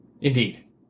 Indeed